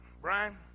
Brian